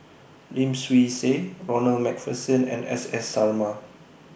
Lim Swee Say Ronald MacPherson and S S Sarma